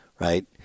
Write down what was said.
right